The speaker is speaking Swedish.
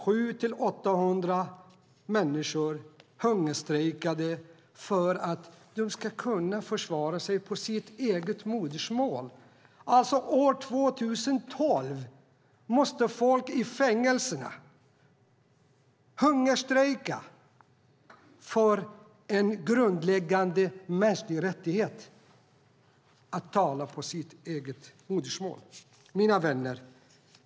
700-800 människor hungerstrejkade för att de ska kunna försvara sig på sitt eget modersmål. År 2012 måste folk i fängelserna hungerstrejka för en grundläggande mänsklig rättighet att kunna tala sitt eget modersmål! Mina vänner!